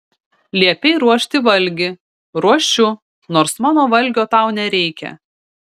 liepei ruošti valgį ruošiu nors mano valgio tau nereikia